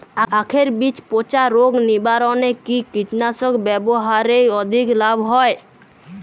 আঁখের বীজ পচা রোগ নিবারণে কি কীটনাশক ব্যবহারে অধিক লাভ হয়?